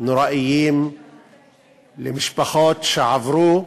נוראיים למשפחות שעברו,